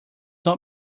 not